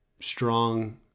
strong